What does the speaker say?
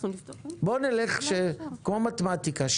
בואו נלך כמו מתמטיקה.